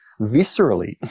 viscerally